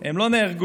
הם לא נהרגו